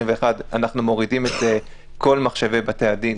אנחנו מורידים את כל מחשבי בתי הדין,